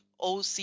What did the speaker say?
OC